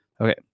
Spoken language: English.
Okay